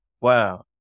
Wow